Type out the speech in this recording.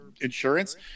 insurance